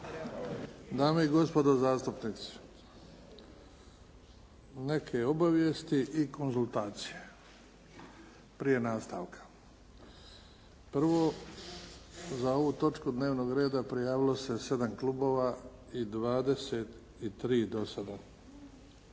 Dame i gospodo zastupnici, neke obavijesti i konzultacije prije nastavka. Prvo za ovu točku dnevnog reda prijavilo se 7 klubova i 23 do sada